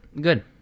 Good